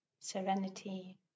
serenity